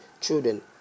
Children